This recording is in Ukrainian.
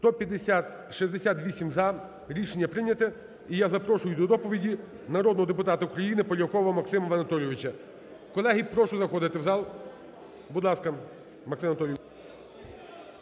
168 – за. Рішення прийняте. І я запрошую до доповіді народного депутата України Полякова Максима Анатолійовича. Колеги, прошу заходити в зал. Будь ласка, Максим Анатолійович.